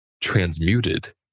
transmuted